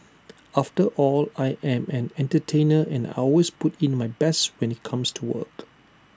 after all I am an entertainer and I always put in my best when IT comes to work